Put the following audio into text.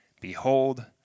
behold